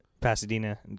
Pasadena